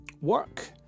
Work